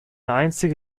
einzige